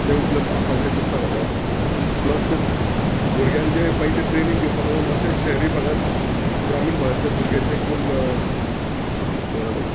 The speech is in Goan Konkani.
ते उपलब्ध आसा अशें दिसता म्हाका प्लस ते भुरग्यांक जे मागीर तें ट्रेनींग घेवपाक लागून मातशे शहरी भागान ग्रामीण भागांतले भुरगे जे कोण